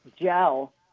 gel